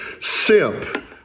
SIMP